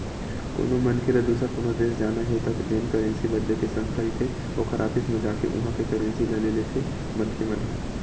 कोनो मनखे ल दुसर कोनो देस जाना हे त जेन करेंसी बदले के संस्था रहिथे ओखर ऑफिस म जाके उहाँ के करेंसी ल ले लेथे मनखे मन ह